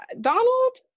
donald